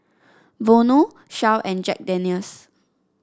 Vono Shell and Jack Daniel's